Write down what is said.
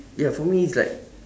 ya for me it's like